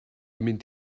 mynd